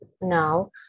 now